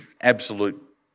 absolute